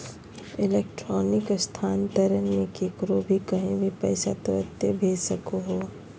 electronic स्थानान्तरण मे केकरो भी कही भी पैसा तुरते भेज सको हो